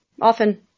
Often